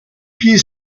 pieds